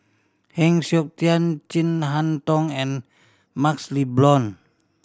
Heng Siok Tian Chin Harn Tong and MaxLe Blond